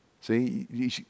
See